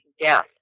death